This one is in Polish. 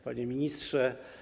Panie Ministrze!